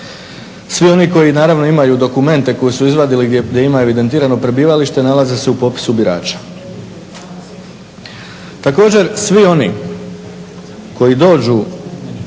Svi oni koji naravno imaju dokumente koji su izvadili gdje imaju evidentirano prebivalište nalaze se u popisu birača. Također svi oni koji dođu